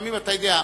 לפעמים אתה יודע,